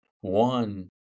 one